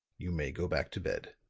you may go back to bed.